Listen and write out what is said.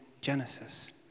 Genesis